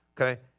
okay